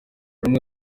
rumwe